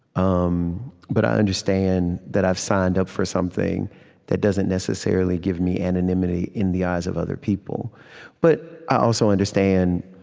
um but i understand that i've signed up for something that doesn't necessarily give me anonymity in the eyes of other people but i also understand,